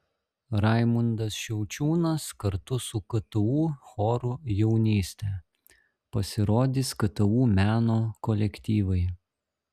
raimundas šiaučiūnas kartu su ktu choru jaunystė pasirodys ktu meno kolektyvai